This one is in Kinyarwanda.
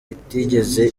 itigeze